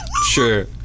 Sure